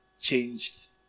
changed